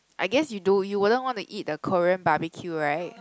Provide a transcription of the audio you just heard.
I guess you don't you wouldn't want to eat the Korean Barbeque right